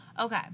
Okay